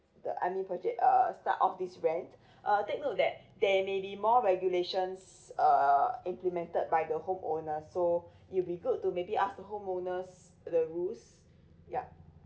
the I mean purchase uh start off this rent uh take note that there maybe more regulations uh implemented by the home owner so it'll be good to maybe ask the home owners the rules yup